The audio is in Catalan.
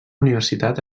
universitat